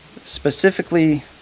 specifically